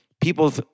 people